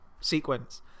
sequence